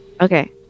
Okay